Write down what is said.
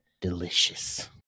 delicious